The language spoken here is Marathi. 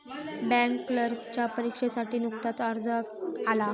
बँक क्लर्कच्या परीक्षेसाठी नुकताच अर्ज आला